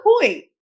point